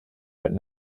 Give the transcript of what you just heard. but